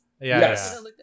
Yes